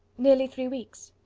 nearly three weeks.